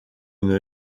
une